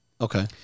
Okay